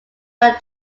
direct